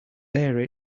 bear